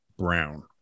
brown